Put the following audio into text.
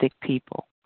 people